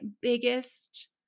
biggest